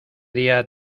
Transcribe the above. día